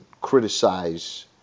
criticize